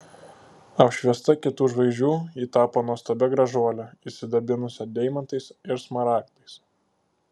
apšviesta kitų žvaigždžių ji tapo nuostabia gražuole išsidabinusia deimantais ir smaragdais